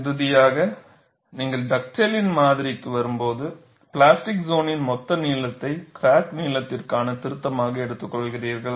இறுதியாக நீங்கள் டக்டேலின் மாதிரிக்கு வரும்போது பிளாஸ்டிக் சோனின் மொத்த நீளத்தை கிராக் நீளத்திற்கான திருத்தமாக எடுத்துக்கொள்கிறீர்கள்